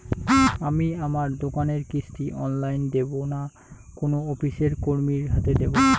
আমি আমার লোনের কিস্তি অনলাইন দেবো না কোনো অফিসের কর্মীর হাতে দেবো?